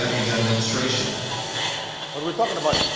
administration was we talking about?